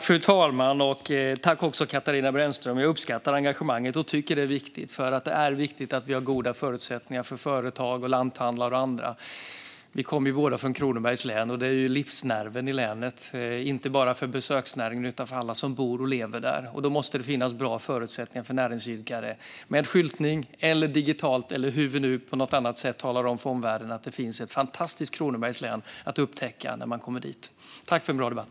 Fru talman! Jag tackar också Katarina Brännström, och jag uppskattar engagemanget. Det är viktigt att det finns goda förutsättningar för företag, lanthandlar och andra. Vi kommer båda från Kronobergs län, och de är livsnerven i länet - inte bara för besöksnäringen utan även för alla som bor och lever där. Då måste det finnas bra förutsättningar för näringsidkare att med hjälp av skyltar, digitalt eller på annat sätt tala om för omvärlden att det finns ett fantastiskt Kronobergs län att upptäcka. Tack för en bra debatt!